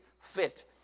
fit